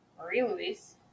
Marie-Louise